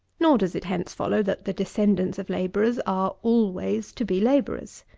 nor does it hence follow that the descendants of labourers are always to be labourers.